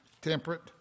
temperate